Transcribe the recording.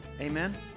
Amen